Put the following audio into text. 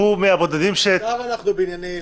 עכשיו אנחנו בענייני אילת.